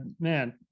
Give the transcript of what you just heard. man